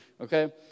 okay